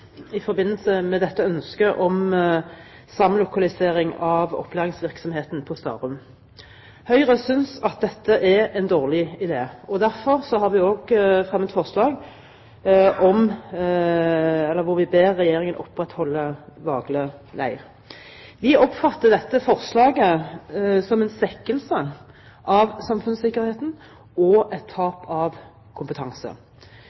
i forbindelse med ønsket om samlokalisering av opplæringsvirksomheten på Starum. Høyre synes at dette er en dårlig idé, og derfor har vi, sammen med Fremskrittspartiet, fremmet forslag hvor vi ber Regjeringen opprettholde Vagle leir. Vi oppfatter dette forslaget som en svekkelse av samfunnssikkerheten og et